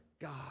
God